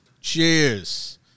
cheers